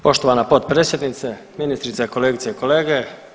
Poštovana potpredsjednice, ministrice, kolegice i kolege.